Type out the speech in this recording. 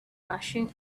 rushing